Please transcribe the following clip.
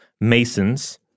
masons